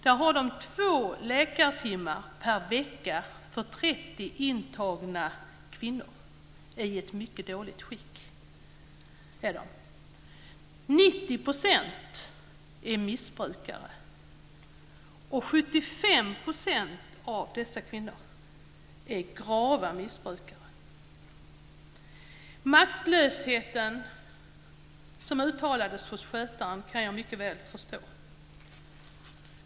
Där har de två läkartimmar per vecka för 30 intagna kvinnor. De är i mycket dåligt skick. 90 % är missbrukare, och 75 % av dessa kvinnor är grava missbrukare. Den maktlöshet som uttalades hos skötarna kan jag mycket väl förstå.